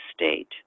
State